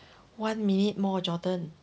one minute more jordan